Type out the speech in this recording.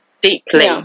deeply